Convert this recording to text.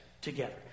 together